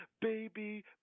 baby